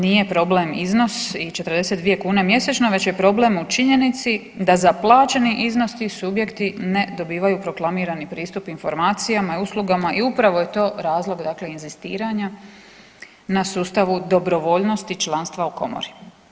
Ne, nije problem iznos i 42 kune mjesečno, već je problem u činjenici da za plaćeni iznos ti subjekti ne dobivaju proklamirani pristup informacijama i uslugama i upravo je to razlog, dakle inzistiranja na sustavu dobrovoljnosti članstva u Komori.